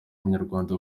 umunyarwanda